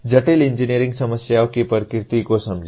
जटिल इंजीनियरिंग समस्याओं की प्रकृति को समझें